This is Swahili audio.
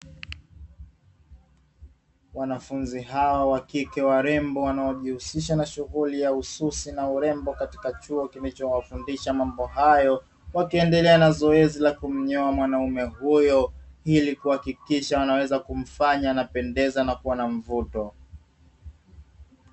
Wanafunzi hawa wa kike warembo wanaojihusisha na shughuli ya ususi na urembo katika chuo kilicho wafundisha mambo hayo, wakiendelea na zoezi la kumnyoa mwanaume huyo, ili kuhakikisha wanaweza kumfanya na pendeza na kuwa na mvuto.